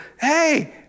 hey